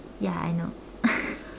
ya I know